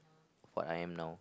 what I'm now